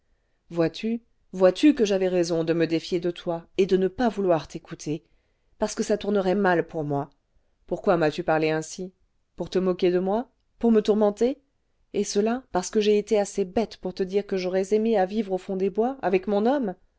vois-tu vois-tu que j'avais raison de me défier de toi et de ne pas vouloir t'écouter parce que ça tournerait mal pour moi pourquoi m'as-tu parlé ainsi pour te moquer de moi pour me tourmenter et cela parce que j'ai été assez bête pour te dire que j'aurais aimé à vivre au fond des bois avec mon homme